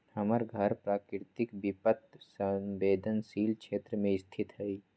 हमर घर प्राकृतिक विपत संवेदनशील क्षेत्र में स्थित हइ